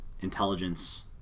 intelligence